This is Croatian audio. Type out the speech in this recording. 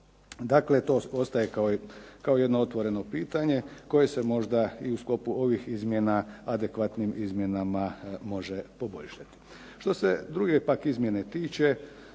Dakle, to ostaje kao jedno otvoreno pitanje koje se možda i u sklopu ovih izmjena adekvatnim izmjenama može poboljšati. Što se druge pak izmjene tiče